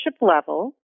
level